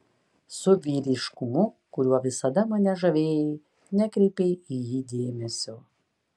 su vyriškumu kuriuo visada mane žavėjai nekreipei į jį dėmesio